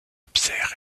pierre